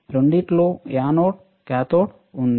రెండింటిలో anode cathode ఉంది